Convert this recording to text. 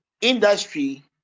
industry